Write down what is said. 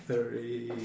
Thirty